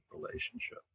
relationship